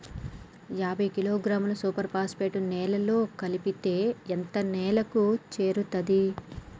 యాభై కిలోగ్రాముల super phosphate నేలలో కలిపితే ఎంత నేలకు చేరుతది?